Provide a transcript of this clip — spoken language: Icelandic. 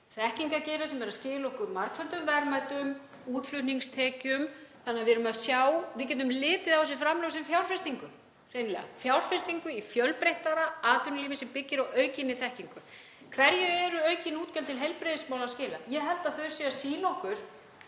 þekkingargeira sem er að skila okkur margföldum verðmætum, útflutningstekjum. Við getum hreinlega litið á þessi framlög sem fjárfestingu, fjárfestingu í fjölbreyttara atvinnulífi sem byggir á aukinni þekkingu. Hverju eru aukin útgjöld til heilbrigðismála að skila? Ég held að þau séu að sýna okkur